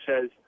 says